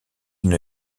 une